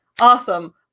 Awesome